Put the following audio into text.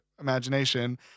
imagination